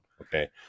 Okay